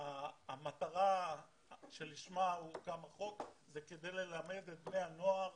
המטרה שלשמה הוקם החוק זה כדי ללמד את בני הנוער